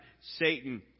Satan